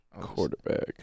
quarterback